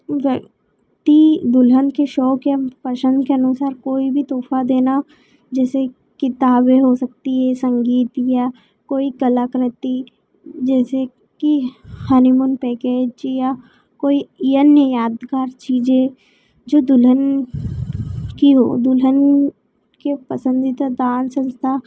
व्यक्ति दुल्हन के शौक़ या पशंद के अनुसार कोई भी तोहफा देना जैसे किताबें हो सकती हैं संगीत या कोई कलाकृति जैसे कि जैसे कि हनीमून पैकेज या कोई अन्य यादगार चीज़ें जो दुल्हन की और दुल्हन की पसंदीदा डान्स अवस्था